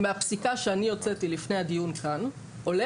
מהפסיקה שאני הוצאתי לפני הדיון כאן עולה